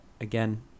again